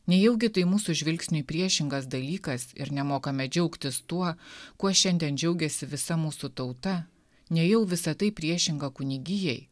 nejaugi tai mūsų žvilgsniui priešingas dalykas ir nemokame džiaugtis tuo kuo šiandien džiaugiasi visa mūsų tauta nejau visa tai priešinga kunigijai